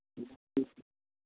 ह्म्म